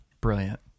brilliant